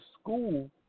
school